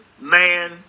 man